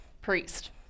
priest